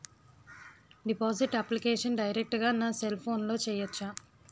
Deposit application direct గా నా cell ఫోన్లో చెయ్యచా?